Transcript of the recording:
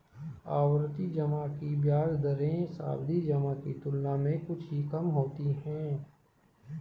आवर्ती जमा की ब्याज दरें सावधि जमा की तुलना में कुछ ही कम होती हैं